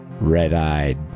Red-eyed